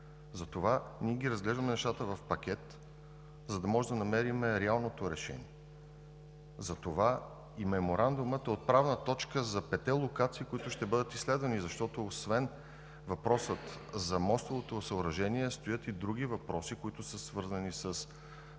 Затова ние разглеждаме нещата в пакет, за да можем да намерим реалното решение. Затова и Меморандумът е отправна точка за петте локации, които ще бъдат изследвани, защото, освен въпроса за мостовото съоръжение, стоят и други въпроси, които са свързани със